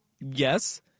Yes